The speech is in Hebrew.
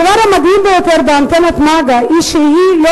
הדבר המדהים ביותר באנטנת מג"א הוא שהיא לא